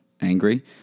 Angry